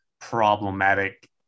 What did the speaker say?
problematic